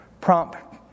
prompt